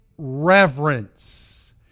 reverence